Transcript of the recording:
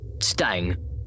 Stang